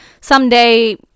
someday